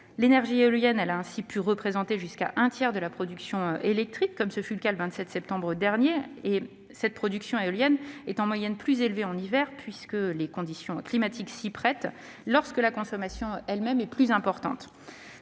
L'énergie éolienne a ainsi pu représenter jusqu'au tiers de la production électrique- ce fut le cas le 27 septembre dernier. J'ajoute que cette production est en moyenne plus élevée en hiver, puisque les conditions climatiques s'y prêtent, alors même que la consommation est plus importante.